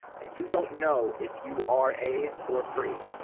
and you don't know if you are a or pre.